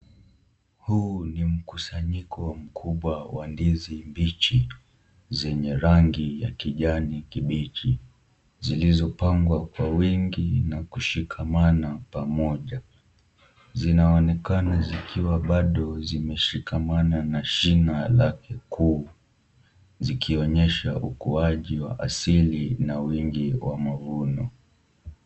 Huu ni mkusanyiko mkubwa wa ndizi mbichi zenye rangi ya kijani kibichi zilizopangwa kwa wingi na kushikamana pamoja, zinaonekana zikiwa bado zimeshikamana na shina lake kuu zikionyesha ukuaji wa asili na wingi wa mavuno.